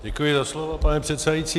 Děkuji za slovo, pane předsedající.